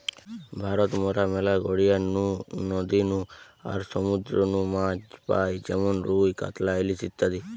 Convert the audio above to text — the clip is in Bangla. ভারত মরা ম্যালা গড়িয়ার নু, নদী নু আর সমুদ্র নু মাছ পাই যেমন রুই, কাতলা, ইলিশ ইত্যাদি